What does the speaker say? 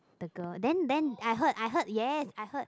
the girl then then I heard I heard yes I heard